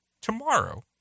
tomorrow